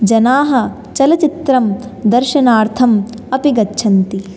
जनाः चलच्चित्रं दर्शनार्थम् अपि गच्छन्ति